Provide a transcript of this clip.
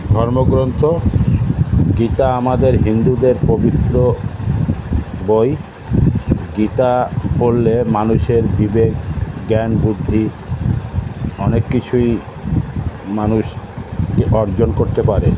ধর্মগ্রন্থ গীতা আমাদের হিন্দুদের পবিত্র বই গীতা পড়লে মানুষের বিবেক জ্ঞান বুদ্ধি অনেক কিছুই মানুষ অর্জন করতে পারে